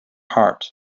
heart